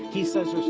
he says.